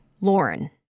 Lauren